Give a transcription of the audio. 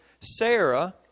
Sarah